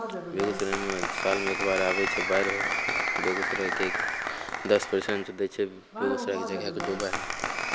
बेगूसरायमे सालमे एक बार आबै छै बाढ़िओ बेगूसरायके दस पर्सेंट दै छै बेगूसरायके जगहके डूबाए